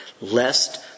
lest